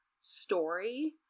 story